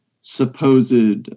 supposed